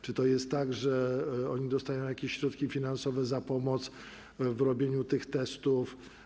Czy to jest tak, że one dostają jakieś środki finansowe za pomoc w robieniu testów?